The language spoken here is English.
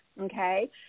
okay